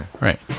Right